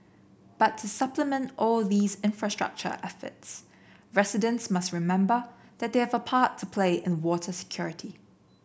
but to supplement all these infrastructure efforts residents must remember that they have a part to play in water security